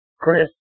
Chris